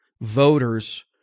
voters